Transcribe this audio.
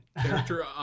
Character